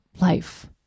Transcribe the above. life